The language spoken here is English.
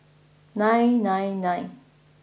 nine nine nine